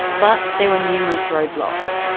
but there were numerous roadblocks,